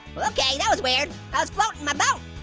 okay that was weird. i was floating about.